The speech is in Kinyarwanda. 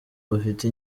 bafite